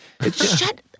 Shut